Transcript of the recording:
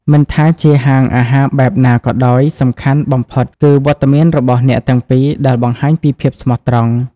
មិនថាជាហាងអាហារបែបណាក៏ដោយ សំខាន់បំផុតគឺវត្តមានរបស់អ្នកទាំងពីរដែលបង្ហាញពីភាពស្មោះត្រង់។